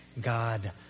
God